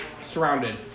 surrounded